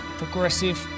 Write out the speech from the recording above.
progressive